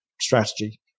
strategy